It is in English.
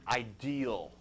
ideal